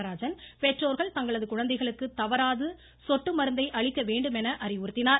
நடராஜன் பெற்றோர்கள் தங்களது குழந்தைகளுக்கு தவறாது உள்ள சொட்டு மருந்தை அளிக்க வேண்டுமென அறிவுறுத்தினார்